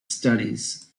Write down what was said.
studies